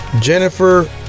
Jennifer